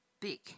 big